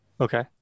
okay